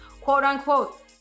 quote-unquote